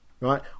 right